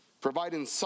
Providing